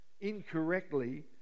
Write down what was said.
incorrectly